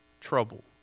trouble